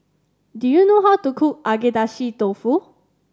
do you know how to cook Agedashi Dofu